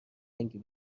رنگی